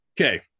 Okay